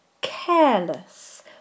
careless